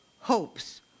hopes